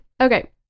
Okay